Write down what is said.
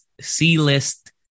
C-list